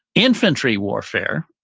infantry warfare,